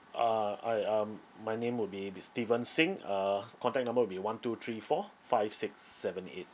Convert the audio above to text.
uh I um my name would be be steven singh uh contact number would be one two three four five six seven eight